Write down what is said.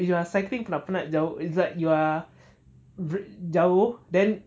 you are cycling penat-penat jauh it's like you are jauh then